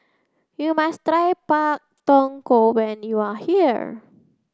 you must Pak Thong Ko when you are here